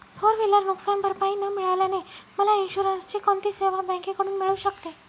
Four wheeler नुकसानभरपाई न मिळाल्याने मला इन्शुरन्सची कोणती सेवा बँकेकडून मिळू शकते?